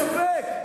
אין ספק.